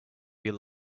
you